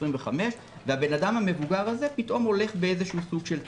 25 והאדם המבוגר הזה פתאום הולך באיזשהו סוג של תלם.